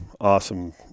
awesome